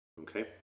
Okay